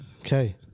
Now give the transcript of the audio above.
Okay